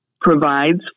provides